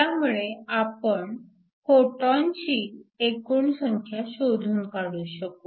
त्यामुळे आपण फोटॉनची एकूण संख्या शोधून काढू शकू